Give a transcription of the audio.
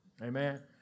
Amen